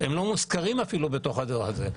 הם לא מוזכרים אפילו בתוך הדוח הזה.